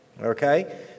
okay